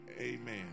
amen